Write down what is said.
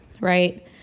right